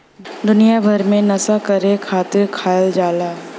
दुनिया भर मे नसा करे खातिर खायल जाला